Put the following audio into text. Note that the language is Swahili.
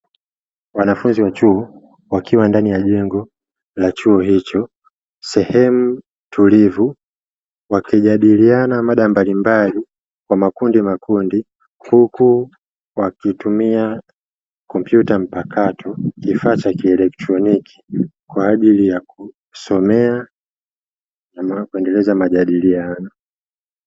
Wanafunzi wa chuo wakiwa ndani ya jengo la chuo hicho, sehemu tulivu wakijadiliana mada mbalimbali kwa makundi makundi, huku wakitumia komputa mpakato kifaa cha kielekitroniki kwa ajili ya kusomea na kuendeleza majadiliano.